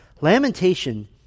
Lamentation